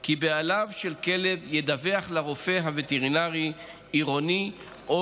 כי בעליו של כלב ידווח לרופא הווטרינרי העירוני או